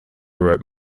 wrote